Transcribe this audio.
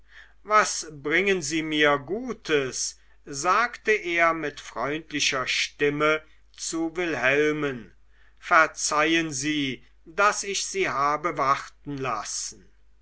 was bringen sie mir gutes sagte er mit freundlicher stimme zu wilhelmen verzeihen sie daß ich sie habe warten lassen